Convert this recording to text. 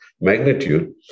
magnitude